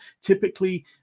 typically